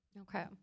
Okay